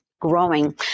growing